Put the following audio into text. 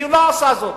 והיא לא עושה זאת.